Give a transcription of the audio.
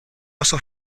also